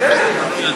קדימה, תגנה.